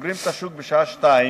כשסוגרים את השוק בשעה 14:00,